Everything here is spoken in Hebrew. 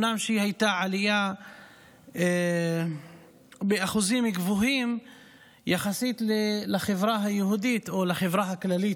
הייתה עלייה באחוזים גבוהים יחסית לחברה היהודית או לחברה הכללית,